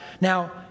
now